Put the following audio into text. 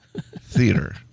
Theater